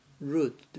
root